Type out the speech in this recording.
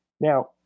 now